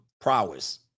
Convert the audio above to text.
prowess